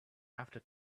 after